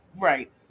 Right